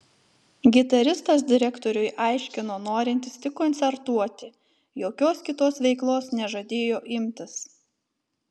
gitaristas direktoriui aiškino norintis tik koncertuoti jokios kitos veiklos nežadėjo imtis